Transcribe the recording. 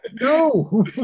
No